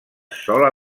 sola